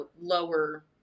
lower